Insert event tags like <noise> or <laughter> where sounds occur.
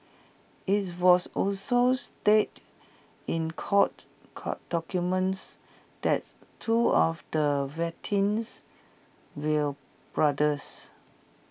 is was also stated in court <unintelligible> documents that two of the victims will brothers